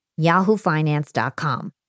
yahoofinance.com